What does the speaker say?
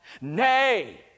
nay